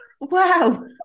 Wow